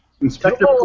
Inspector